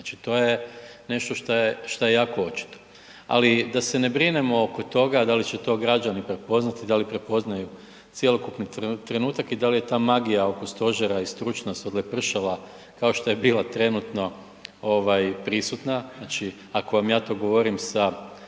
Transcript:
znači to je nešto što je jako očito. Ali da se ne brinemo oko toga da li će to građani prepoznati i da li prepoznaju cjelokupni trenutak i da li je ta magija oko stožera i stručnost odlepršala kao što je bila trenutno ovaj prisutna, znači ako vam ja to govorim sa